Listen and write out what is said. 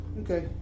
Okay